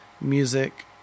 music